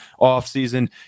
offseason